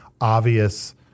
obvious